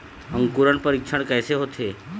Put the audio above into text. अंकुरण परीक्षण कैसे होथे?